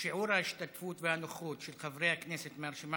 שיעור ההשתתפות והנוכחות של חברי הכנסת מהרשימה